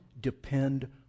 depend